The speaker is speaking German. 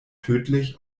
tödlich